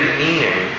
meaning